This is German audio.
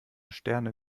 sterne